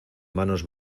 manos